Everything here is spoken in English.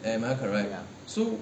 ya